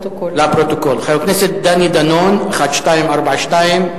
לפרוטוקול, חבר הכנסת דני דנון, שאילתא מס' 1242,